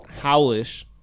howlish